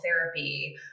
therapy